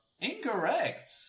Incorrect